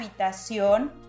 Habitación